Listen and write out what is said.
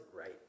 right